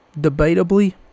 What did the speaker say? debatably